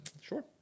sure